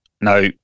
Now